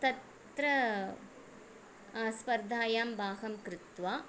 तत्र स्पर्धायां भागं कृत्वा